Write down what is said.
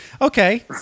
okay